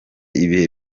ibihe